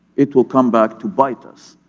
it will come back to bite us.